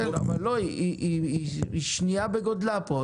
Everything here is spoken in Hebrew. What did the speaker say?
כן, אבל היא שנייה בגודלה פה.